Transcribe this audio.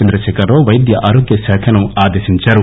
చంద్రశేఖర్ రావు పైద్య ఆరోగ్య శాఖను ఆదేశించారు